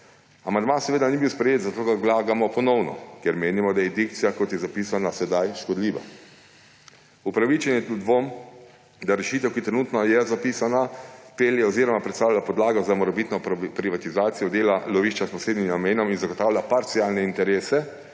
Amandma ni bil sprejet, zato ga vlagamo ponovno, ker menimo, da je dikcija, kot je zapisana sedaj, škodljiva. Upravičen je tudi dvom, da rešitev, ki je trenutno zapisana, pelje oziroma predstavlja podlago za morebitno privatizacijo dela lovišča s posebnim namenom in zagotavlja parcialne interese